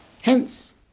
hence